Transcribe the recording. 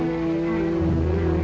who